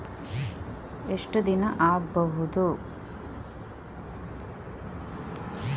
ಎಷ್ಟು ದಿನ ಆಗ್ಬಹುದು?